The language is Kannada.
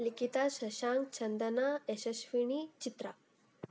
ಲಿಖಿತ ಶಶಾಂಕ್ ಚಂದನ ಯಶಶ್ವಿನಿ ಚಿತ್ರ